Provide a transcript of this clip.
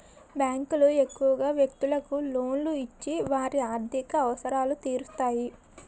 బ్యాంకులు ఎక్కువగా వ్యక్తులకు లోన్లు ఇచ్చి వారి ఆర్థిక అవసరాలు తీరుస్తాయి